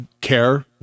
care